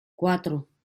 cuatro